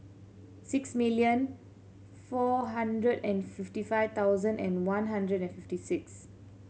six million four hundred and fifteen five thousand and one hundred and fifty six